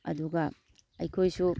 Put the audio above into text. ꯑꯗꯨꯒ ꯑꯩꯈꯣꯏꯁꯨ